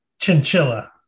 Chinchilla